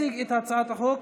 יציג את הצעת החוק